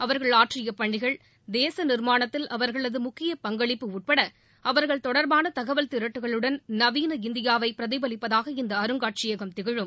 அவர்கள் ஆற்றிய பணிகள் தேச நிர்மாணத்தில் அவர்களது முக்கிய பங்களிப்பு உட்பட அவர்கள் தொடர்பான தகவல் திரட்டுகளுடன் நவீன இந்தியாவை பிரதிபலிப்பதாக இந்த அருங்காட்சியகம் திகழும்